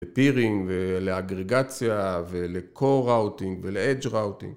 לפירינג ולאגרגציה ול-core ראוטינג ול-edge ראוטינג